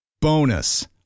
Bonus